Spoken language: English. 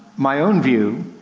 my own view,